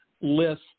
list